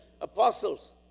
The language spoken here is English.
Apostles